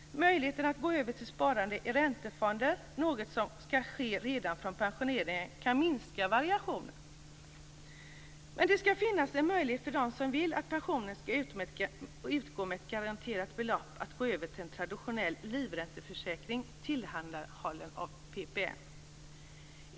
Möjligheten att gå över till sparande i räntefonder, något som skall ske redan från pensioneringen, kan minska variationen. Men det skall finnas en möjlighet för den som vill att pensionen skall utgå med ett garanterat belopp att gå över till en traditionell livränteförsäkring tillhandahållen av PPM.